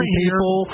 people